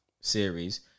series